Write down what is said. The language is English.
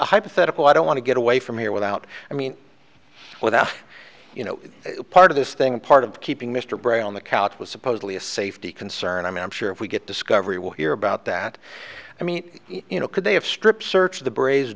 hypothetical i don't want to get away from here without i mean without you know part of this thing and part of keeping mr bray on the couch was supposedly a safety concern i mean i'm sure if we get discovery we'll hear about that i mean you know could they have strip searched the braes